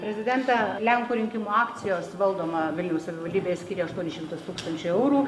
prezidentą lenkų rinkimų akcijos valdoma vilniaus savivaldybė skyrė aštuonis šimtus tūkstančių eurų